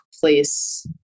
place